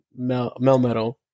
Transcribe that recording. Melmetal